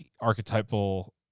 archetypal